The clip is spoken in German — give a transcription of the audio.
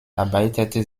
arbeitete